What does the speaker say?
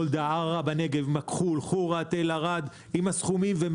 ערערה בנגב, מכחול-חורה-תל ערד, עם הסכומים.